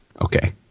Okay